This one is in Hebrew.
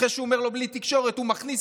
אחרי שהוא אומר לו "בלי תקשורת" הוא מכניס,